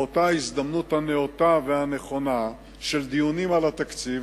באותה הזדמנות הנאותה והנכונה של דיונים על התקציב,